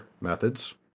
methods